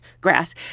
grass